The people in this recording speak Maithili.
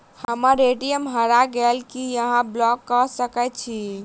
हम्मर ए.टी.एम हरा गेल की अहाँ ब्लॉक कऽ सकैत छी?